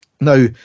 Now